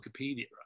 Wikipedia